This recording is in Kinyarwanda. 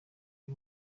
ari